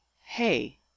Hey